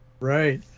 Right